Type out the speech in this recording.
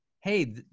Hey